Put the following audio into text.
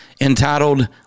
entitled